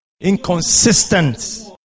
Inconsistent